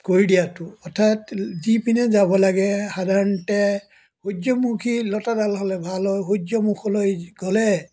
কৰি দিয়াটো অৰ্থাৎ যিপিনে যাব লাগে সাধাৰণতে সূৰ্যমুখী লতাডাল হ'লে ভাল হয় সূৰ্যমুখলৈ গ'লে